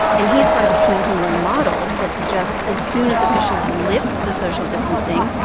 and he's part of a team who run models that suggest as soon as officials lift the social distancing,